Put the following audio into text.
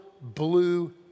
blue